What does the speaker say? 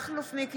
אינו נוכח